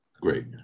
Great